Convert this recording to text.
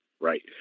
right